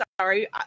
sorry